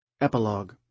epilogue